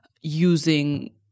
using